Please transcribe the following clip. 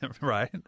Right